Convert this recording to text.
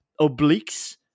obliques